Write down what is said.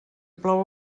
plou